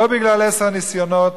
לא בגלל עשרת הניסיונות